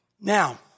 Now